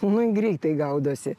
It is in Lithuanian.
nu greitai gaudosi